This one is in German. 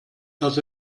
dass